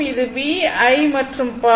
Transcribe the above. இது V I மற்றும் power